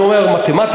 אני אומר מתמטיקה,